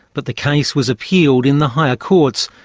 but the case was appealed in the higher courts,